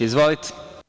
Izvolite.